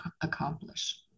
accomplish